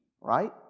right